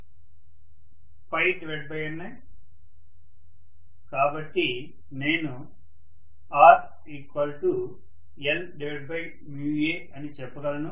professor కాబట్టి నేను ℜlA అని చెప్పగలను